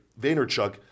Vaynerchuk